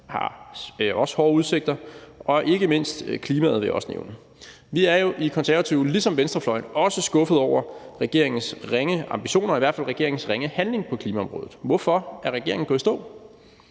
der også hårde udsigter, og ikke mindst klimaet vil jeg også nævne. Vi er jo i Konservative ligesom venstrefløjen også skuffet over regeringens ringe ambitioner, i hvert fald regeringens ringe handling på klimaområdet. Hvorfor? Er regeringen gået i stå?